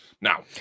Now